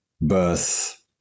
birth